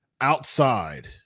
outside